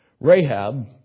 Rahab